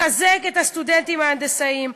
לחזק את הסטודנטים ההנדסאים,